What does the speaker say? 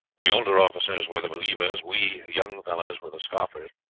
the older officers were the believers, we young fellows were the scoffers.